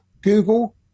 Google